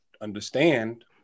understand